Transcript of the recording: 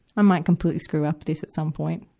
i might completely screw up this at some point.